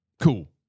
Cool